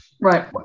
Right